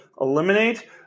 eliminate